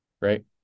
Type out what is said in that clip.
right